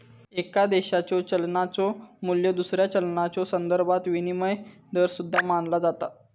एका देशाच्यो चलनाचो मू्ल्य दुसऱ्या चलनाच्यो संदर्भात विनिमय दर सुद्धा मानला जाता